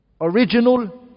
Original